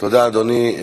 תודה, אדוני.